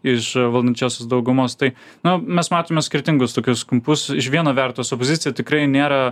iš valdančiosios daugumos tai na mes matome skirtingus tokius kampus iš viena vertus opozicija tikrai nėra